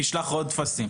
תשלח עוד טפסים.